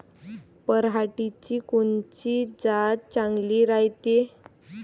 पऱ्हाटीची कोनची जात चांगली रायते?